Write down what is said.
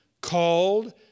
called